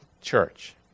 church